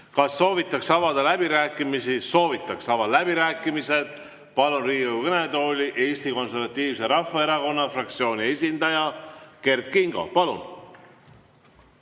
Kas soovitakse avada läbirääkimisi? Soovitakse. Avan läbirääkimised ja palun Riigikogu kõnetooli Eesti Konservatiivse Rahvaerakonna fraktsiooni esindaja Kert Kingo. Palun!